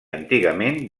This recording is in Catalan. antigament